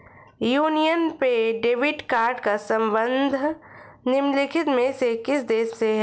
Union pay debit card का संबंध निम्नलिखित में से किस देश से है?